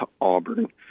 Auburn